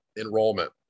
enrollment